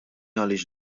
għaliex